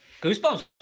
Goosebumps